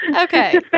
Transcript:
Okay